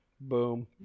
Boom